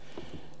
עצמו.